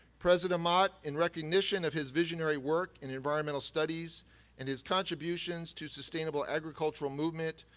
president amott, in recognition of his visionary work in environmental studies and his contributions to sustainable agricultural movement,